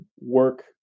work